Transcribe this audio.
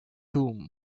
tomb